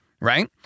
right